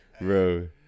Bro